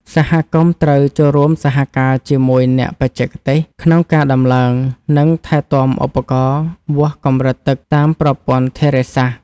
សហគមន៍ត្រូវចូលរួមសហការជាមួយអ្នកបច្ចេកទេសក្នុងការដំឡើង និងថែទាំឧបករណ៍វាស់កម្រិតទឹកតាមប្រព័ន្ធធារាសាស្ត្រ។